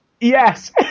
Yes